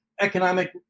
economic